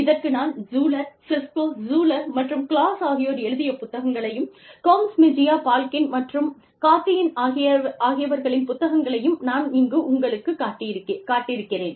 இதற்கு நான் Schuler Prisco Schuler மற்றும் கிளாஸ் ஆகியோர் எழுதிய புத்தகங்களையும் கோம்ஸ் மெஜியா பால்கின் மற்றும் கார்டியின் ஆகியவர்களின் புத்தகங்களையும் நான் இங்கு உங்களுக்கு காட்டிருக்கிறேன்